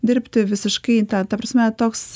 dirbti visiškai ta prasme toks